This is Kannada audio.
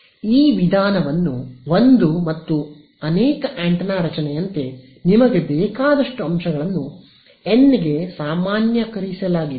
ಈ ವಿಧಾನವನ್ನು ಒಂದು ಮತ್ತು ಅನೇಕ ಆಂಟೆನಾ ರಚನೆಯಂತೆ ನಿಮಗೆ ಬೇಕಾದಷ್ಟು ಅಂಶಗಳನ್ನು N ಗೆ ಸಾಮಾನ್ಯೀಕರಿಸಲಾಗಿದೆ